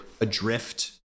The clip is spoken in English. adrift